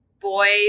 boys